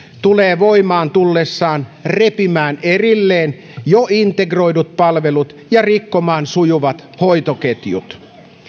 tulee voimaan tullessaan repimään erilleen jo integroidut palvelut ja rikkomaan sujuvat hoitoketjut